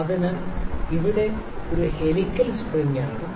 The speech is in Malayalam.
അതിനാൽ ഇത് ഇവിടെ ഒരു ഹെലിക്കൽ സ്പ്രിംഗ് ആണ്